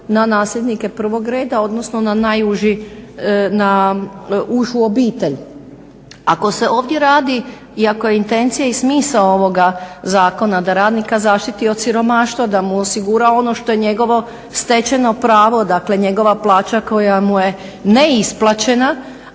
na nasljednike prvog reda, odnosno na najuži, na užu obitelj? Ako se ovdje radi i ako je intencija i smisao ovoga zakona da radnika zaštiti od siromaštva, da mu osigura ono što je njegovo stečeno pravo, dakle njegova plaća koja mu je neisplaćena,